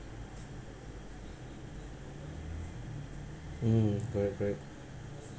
mm correct correct